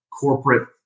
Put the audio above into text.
corporate